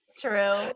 True